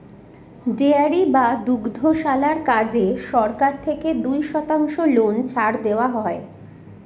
dairy বা দুগ্ধশালার কাজে সরকার থেকে দুই শতাংশ লোন ছাড় দেওয়া হয়